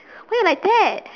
why you like that